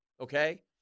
okay